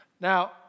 Now